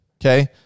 okay